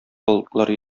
болытлар